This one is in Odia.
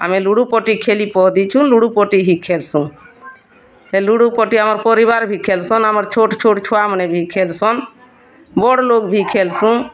ଆମେ ଲୁଡ଼ୁ ପଟି ଖେଲି ଲୁଡ଼ୁ ପଟି ହିଁ ଖେଲ୍ସୁଁ ହେ ଲୁଡ଼ୁ ପଟି ଆମର୍ ପରିବାର୍ ଭି ଖେଲ୍ସନ୍ ଆମର୍ ଛୋଟ୍ ଛୋଟ୍ ଛୁଆମାନେ ଭି ଖେଲ୍ସନ୍ ବଡ଼୍ଲୋକ୍ ଭି ଖେଲ୍ସୁଁ